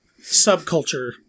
Subculture